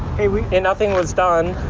and nothing was done.